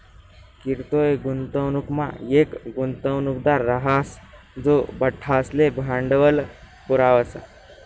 किरकोय गुंतवणूकमा येक गुंतवणूकदार राहस जो बठ्ठासले भांडवल पुरावस